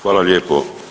Hvala lijepo.